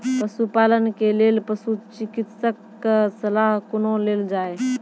पशुपालन के लेल पशुचिकित्शक कऽ सलाह कुना लेल जाय?